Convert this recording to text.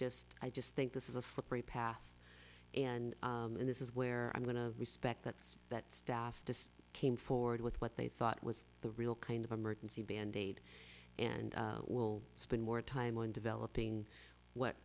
just i just think this is a slippery path and and this is where i'm going to respect that's that staff just came forward with what they thought was the real kind of emergency band aid and will spend more time on developing